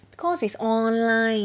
cause it's online